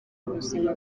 ubuzima